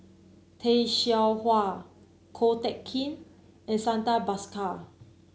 Tay Seow Huah Ko Teck Kin and Santha Bhaskar